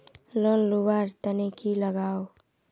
Loan लुवा र तने की लगाव?